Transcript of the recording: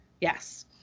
Yes